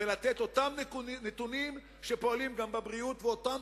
ולתת אותם נתונים שפועלים גם בבריאות ואותם